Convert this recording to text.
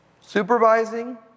Supervising